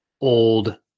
old